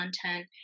content